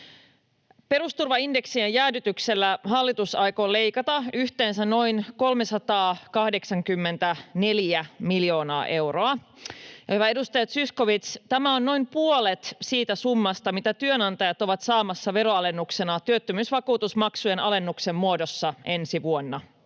Perusturvan indeksien jäädytyksellä hallitus aikoo leikata yhteensä noin 384 miljoonaa euroa. Hyvä edustaja Zyskowicz, tämä on noin puolet siitä summasta, mitä työnantajat ovat saamassa veroalennuksena työttömyysvakuutusmaksujen alennuksen muodossa ensi vuonna.